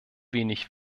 wenig